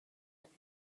بود